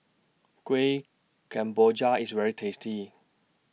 Kuih Kemboja IS very tasty